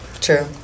True